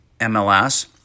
MLS